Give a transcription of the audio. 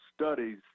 studies